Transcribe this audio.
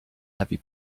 heavy